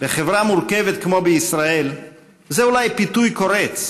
בחברה מורכבת כמו בישראל זה אולי פיתוי קורץ,